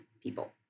people